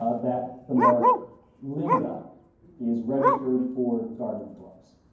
ah that the mark linda is registered for gardening gloves.